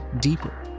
deeper